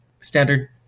standard